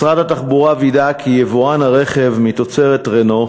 משרד התחבורה וידא כי יבואן הרכב מתוצרת "רנו",